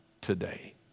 today